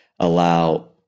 allow